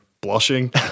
blushing